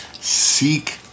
seek